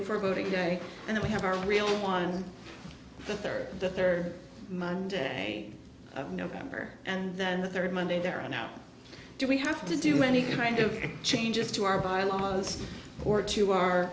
before voting day and then we have our real one the third the third monday of november and then the third monday there are no do we have to do any kind of changes to our by laws or to